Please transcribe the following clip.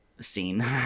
scene